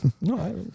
No